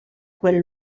quel